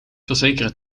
verzekeren